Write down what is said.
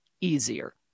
easier